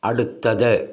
അടുത്തത്